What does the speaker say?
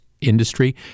industry